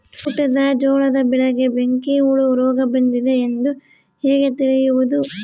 ಊಟದ ಜೋಳದ ಬೆಳೆಗೆ ಬೆಂಕಿ ಹುಳ ರೋಗ ಬಂದಿದೆ ಎಂದು ಹೇಗೆ ತಿಳಿಯುವುದು?